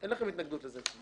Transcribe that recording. אין לכם התנגדות לזה?